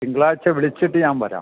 തിങ്കളാഴ്ച വിളിച്ചിട്ട് ഞാൻ വരാം